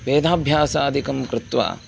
वेदाभ्यासादिकं कृत्वा